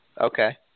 Okay